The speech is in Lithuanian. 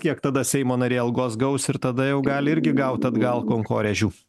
kiek tada seimo nariai algos gaus ir tada jau gali irgi gaut atgal kankorėžių